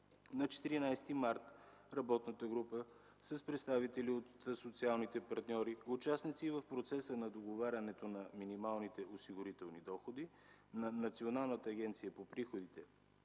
На 14 март работната група с представители на социалните партньори, участници в процеса по договарянето на минималните осигурителни доходи, на Националната агенция за приходите